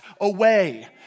away